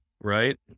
right